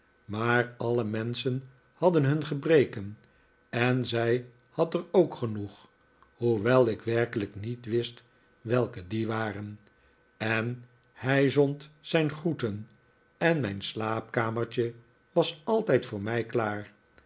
maar alle menschen hadden hun gebreken en zij had er ook genoeg hoewel ik werkelijk niet wist welke die waren en hij zond zijn groeten en mijn slaapkamertje was altijd voor mij klaar